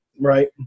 Right